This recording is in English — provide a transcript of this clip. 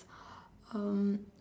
um